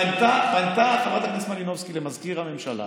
פנתה חברת הכנסת מלינובסקי למזכיר הממשלה: